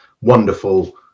wonderful